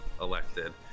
elected